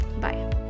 Bye